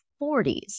40s